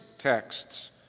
texts